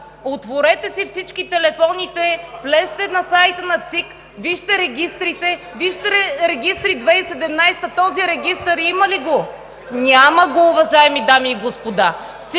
отворете си всички телефоните, влезте на сайта на ЦИК, вижте регистрите. Вижте в регистри 2017 г. този регистър има ли го? Няма го, уважаеми дами и господа!